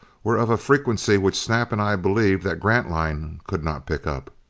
were of a frequency which snap and i believed that grantline could not pick up.